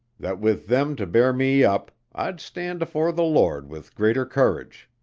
that with them to bear me up i'd stand afore the lord with greater courage.